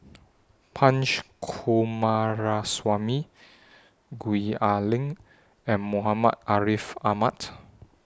Punch Coomaraswamy Gwee Ah Leng and Muhammad Ariff Ahmad